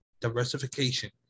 diversification